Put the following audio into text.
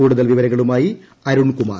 കൂടുതൽ വിവരങ്ങളുമായി അരുൺകുമാർ